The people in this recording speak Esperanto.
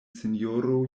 sinjoro